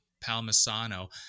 Palmasano